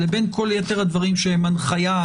לבין כל יתר הדברים שהם הנחיה,